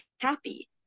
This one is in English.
happy